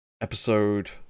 episode